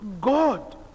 God